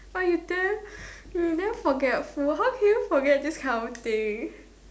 oh you damn you damn forgetful how can you forget this kind of thing